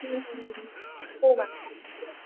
हो मॅम